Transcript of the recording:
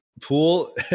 pool